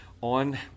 on